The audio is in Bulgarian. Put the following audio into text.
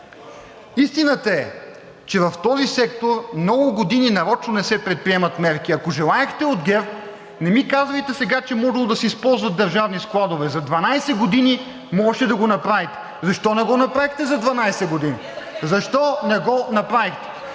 истината е, че в този сектор много години нарочно не се предприемат мерки. Ако желаехте от ГЕРБ, не ми казвайте сега, че можело да се използват държавни складове – за 12 години можеше да го направите. Защо не го направихте за 12 години? Защо не го направихте?